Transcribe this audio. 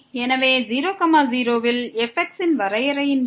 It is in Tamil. எனவே 0 0 ல் fx ன் வரையறையின்படி